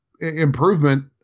improvement